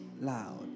loud